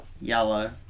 yellow